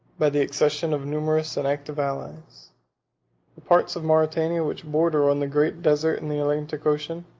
by the accession of numerous and active allies. the parts of mauritania which border on the great desert and the atlantic ocean,